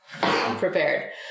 prepared